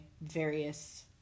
various